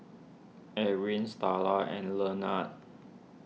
Ewing Starla and Lenard